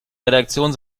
redaktion